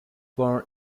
born